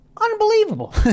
Unbelievable